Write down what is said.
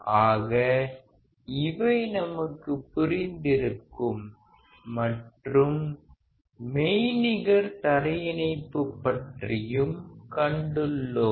ஆக இவை நமக்கு புரிந்திருக்கும் மற்றும் மெய்நிகர் தரையிணைப்பு பற்றியும் கண்டுள்ளோம்